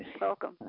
welcome